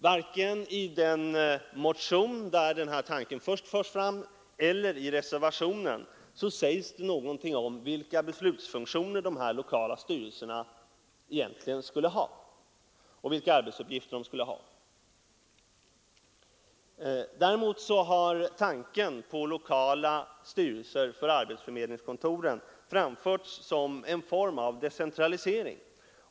Varken i den motion där den här tanken först förts fram eller i reservationen sägs det någonting om vilka beslutsfunktioner och arbetsuppgifter dessa lokala styrelser egentligen skulle ha. Däremot har man framfört tanken på lokala styrelser för arbetsförmedlingskontoren som en form av decentralisering.